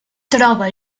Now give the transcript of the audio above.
troba